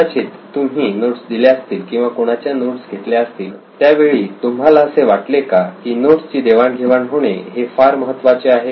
कदाचित तुम्ही नोट्स दिल्या असतील किंवा कुणाच्या नोट्स घेतल्या असतील पण त्यावेळी तुम्हाला वाटले का की नोट्सची देवाणघेवाण होणे हे फार महत्त्वाचे आहे